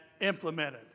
implemented